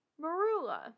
Marula